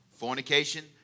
Fornication